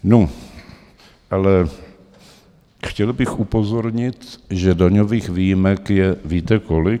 Nu ale chtěl bych upozornit, že daňových výjimek je víte kolik?